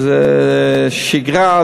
זה שגרה,